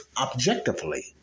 objectively